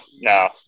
no